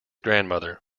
grandmother